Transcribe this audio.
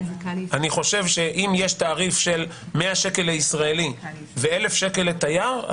אני חושב שאם יש תעריף של 100 שקל לישראל ואלף שקל לתייר,